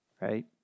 Right